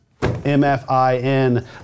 MFIN